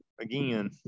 again